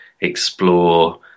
explore